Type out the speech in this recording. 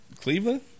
Cleveland